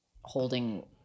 holding